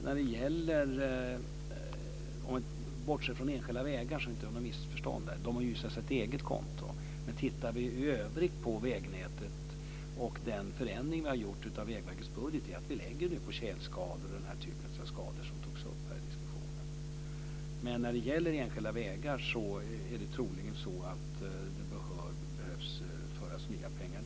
Vad sedan gäller förändringen av Vägverkets budget för vägnätet i övrigt - låt mig då för undvikande av missförstånd bortse från enskilda vägar, som har ett eget konto - vill jag säga att denna är inriktad på tjälskador och den typ av skador som här har tagits upp i diskussionen. För enskilda vägar behöver det troligen tillföras nya pengar.